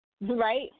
right